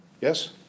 Yes